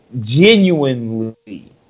Genuinely